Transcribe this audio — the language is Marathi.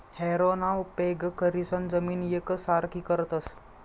हॅरोना उपेग करीसन जमीन येकसारखी करतस